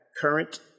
current